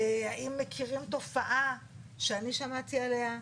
האם מכירים תופעה שאני שמעתי עליה,